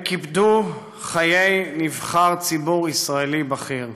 הם קיפדו חיי נבחר ציבור ישראלי בכיר,